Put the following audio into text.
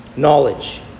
knowledge